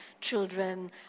children